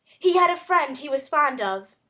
he had a friend he was fond of,